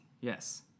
Yes